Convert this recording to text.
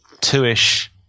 two-ish